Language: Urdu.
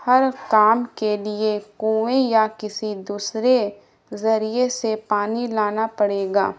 ہر کام کے لیے کنویں یا کسی دوسرے ذریعے سے پانی لانا پڑے گا